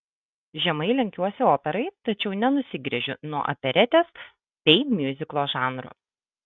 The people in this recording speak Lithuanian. žemai lenkiuosi operai tačiau nenusigręžiu nuo operetės bei miuziklo žanrų